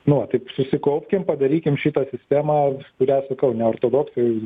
nu va va taip susikaupkim padarykim šitą sistemą kurią sakau ne ortodoksai